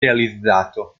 realizzato